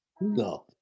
No